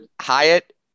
Hyatt